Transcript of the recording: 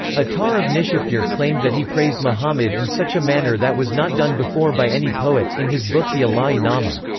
ah attar of nishapur claimed that he praised muhammad in such a manner that was not done before by any poet, in his book the ilahi-nama.